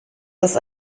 das